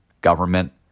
government